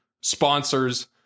sponsors